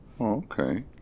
okay